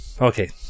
okay